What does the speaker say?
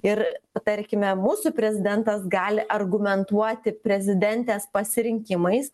ir tarkime mūsų prezidentas gali argumentuoti prezidentės pasirinkimais